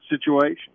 situation